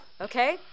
Okay